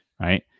right